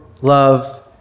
love